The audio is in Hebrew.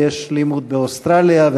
ויש "לימוד" באוסטרליה,